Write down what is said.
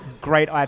great